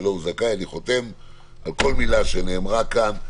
שלו הוא זכאי." אני חותם על כל מילה שנאמרה כאן,